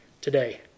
today